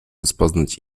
rozpoznać